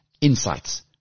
insights